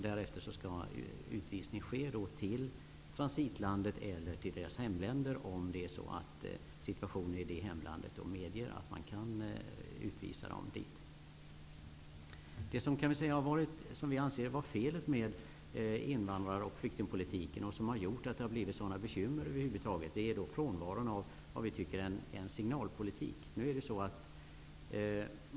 Därefter skall utvisning till transitlandet ske, eller till deras hemländer om situationen där medger det. Ny demokrati anser att felet med invandrar och flyktingpolitiken har varit frånvaron av en signalpolitik och att den frånvaron orsakat stora bekymmer.